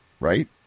right